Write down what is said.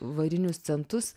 varinius centus